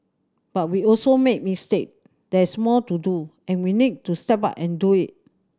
but we also made mistake there's more to do and we need to step up and do it